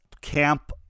Camp